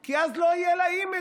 היא כי אז לא יהיה לה image.